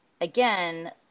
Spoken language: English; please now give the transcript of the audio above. again